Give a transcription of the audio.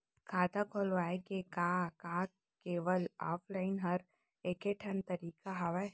खाता खोलवाय के का केवल ऑफलाइन हर ऐकेठन तरीका हवय?